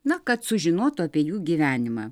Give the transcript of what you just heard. na kad sužinotų apie jų gyvenimą